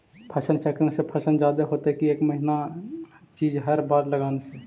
फसल चक्रन से फसल जादे होतै कि एक महिना चिज़ हर बार लगाने से?